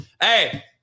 Hey